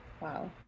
wow